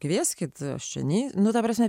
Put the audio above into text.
kvieskit seniai nu ta prasme